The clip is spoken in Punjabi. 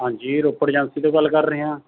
ਹਾਂਜੀ ਰੋਪੜ ਏਜੰਸੀਂ ਤੋਂ ਗੱਲ ਕਰ ਰਹੇ ਹਾਂ